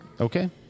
okay